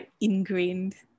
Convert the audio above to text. ingrained